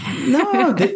No